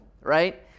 right